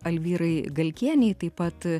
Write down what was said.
alvyrai galkienei taip pat